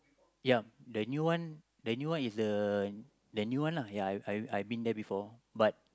ya the new one the new one is the the new one lah ya I I I have been there before but